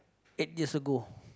eight years ago